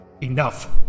Enough